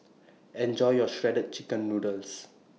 Enjoy your Shredded Chicken Noodles